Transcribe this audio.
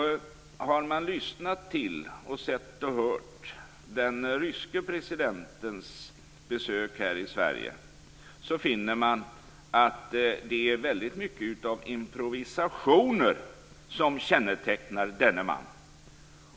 Har man lyssnat till den ryske presidenten under hans besök här i Sverige finner man att det är väldigt mycket av improvisationer som kännetecknar denne man.